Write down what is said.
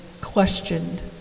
questioned